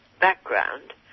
background